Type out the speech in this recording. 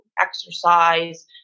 exercise